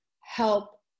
help